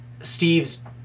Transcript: Steve's